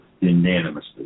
unanimously